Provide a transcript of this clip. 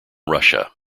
russia